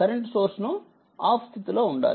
current source ను off స్థితిలో ఉండాలి